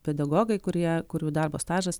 pedagogai kurie kurių darbo stažas